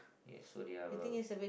yes so they are uh